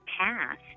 past